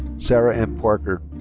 sarah m. parker.